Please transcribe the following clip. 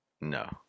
No